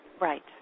Right